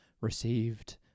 received